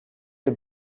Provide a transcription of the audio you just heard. des